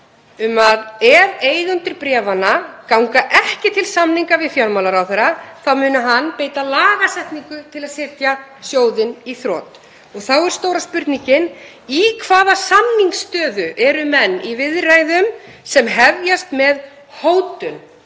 um að ef eigendur bréfanna ganga ekki til samninga við fjármálaráðherra þá muni hann beita lagasetningu til að setja sjóðinn í þrot. Þá er stóra spurningin: Í hvaða samningsstöðu eru menn í viðræðum sem hefjast með hótun